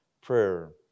prayer